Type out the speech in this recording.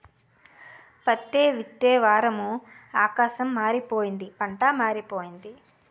పత్తే విత్తే వారము ఆకాశం మారిపోయింది పంటా మారిపోయింది